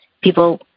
people